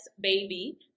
baby